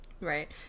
Right